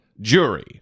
jury